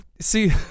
see